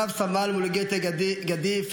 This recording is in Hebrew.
רב-סמל מולוגטה גדיף,